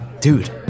Dude